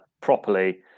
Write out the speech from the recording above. properly